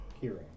Hearing